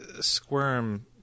squirm